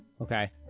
okay